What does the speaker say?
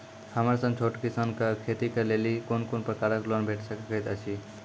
हमर सन छोट किसान कअ खेती करै लेली लेल कून कून प्रकारक लोन भेट सकैत अछि?